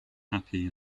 happy